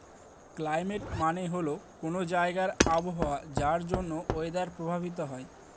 climate মানে হল কোনো জায়গার আবহাওয়া যার জন্য ওয়েদার প্রভাবিত হয়